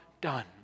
done